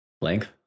length